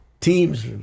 teams